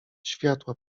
światła